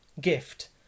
gift